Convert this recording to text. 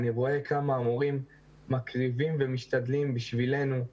אני רואה כמה המורים מקריבים ומשתדלים בשבילנו,